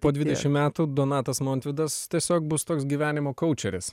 po dvidešim metų donatas montvydas tiesiog bus toks gyvenimo koučeris